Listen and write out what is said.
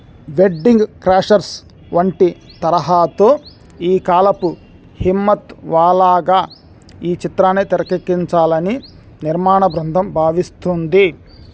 wedding crashers వంటి తరహాతో ఈ కాలపు హిమ్మత్వాలాగా ఈ చిత్రాన్నే తెరకెక్కించాలని నిర్మాణ బృందం భావిస్తోంది